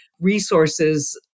resources